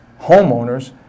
homeowners